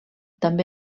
també